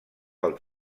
pel